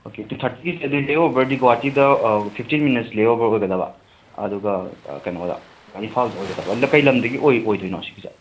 okay two ꯊꯥꯔꯇꯤꯒꯤꯁꯦ ꯂꯦ ꯑꯣꯚꯔꯗꯤ ꯒ꯭ꯋꯥꯍꯥꯇꯤꯗ ꯐꯤꯐꯇꯤꯟ ꯃꯤꯅꯠꯁ ꯂꯦ ꯑꯣꯚꯔ ꯑꯣꯏꯒꯗꯕ ꯑꯗꯨꯒ ꯀꯩꯅꯣꯗ ꯏꯝꯐꯥꯜꯗ ꯑꯣꯏꯒꯗꯕ ꯀꯔꯤ ꯂꯝꯗꯒꯤ ꯑꯣꯏꯗꯣꯏꯅꯣ ꯁꯤꯒꯤꯁꯦ